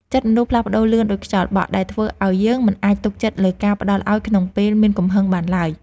ចិត្តមនុស្សផ្លាស់ប្តូរលឿនដូចខ្យល់បក់ ដែលធ្វើឱ្យយើងមិនអាចទុកចិត្តលើការផ្ដល់ឱ្យក្នុងពេលមានកំហឹងបានឡើយ។